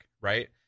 right